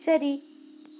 ശരി